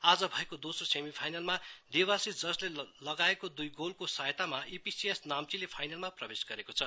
आज भएको दोस्रो सेमिफाइनलमा देवासीस जर्जले लगाएको दुई गोलको सहायतामा ईपीसीएस नाम्चीले फाइनलमा प्रवेश गरेको छ